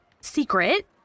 secret